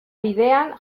bidean